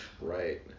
Right